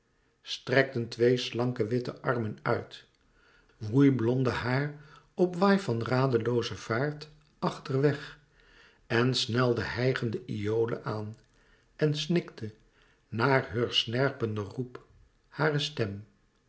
strekten twee slanke witte armen uit woei blonde haar op waai van radelooze vaart achterweg en snelde hijgende iole aan en snikte na heur snerpenden roep hare stem